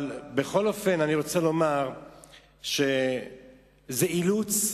בכל אופן, אני רוצה לומר שזה אילוץ,